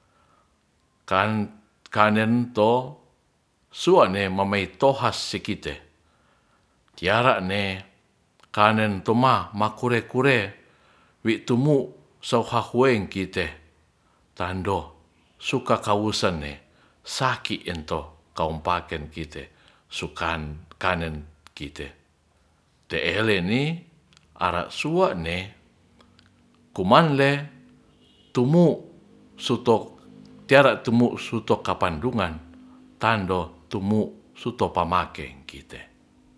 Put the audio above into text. Kan kanen to suane mamito has si kite tiara ne kanen toma makure kure wi tumu so hahueng kite tando sukaka wusenne saki ento kaumpaken kite sukan kanen kite te e le ni ara suane kumangle tumu sutok teara tumu suton kapanduangan tando tumu suto pamake kite